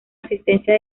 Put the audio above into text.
asistencia